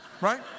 Right